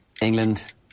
England